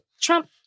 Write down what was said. Trump